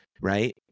right